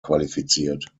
qualifiziert